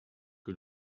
que